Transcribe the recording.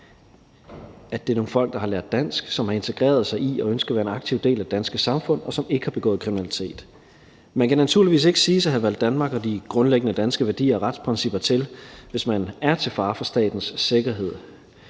de personer, som har lært dansk, som har integreret sig i og ønsker at være en aktiv del af det danske samfund, og som ikke har begået kriminalitet. Man kan naturligvis ikke siges at have valgt Danmark og de grundlæggende danske værdier og retsprincipper til, hvis man er til fare for statens sikkerhed,